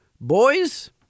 Boys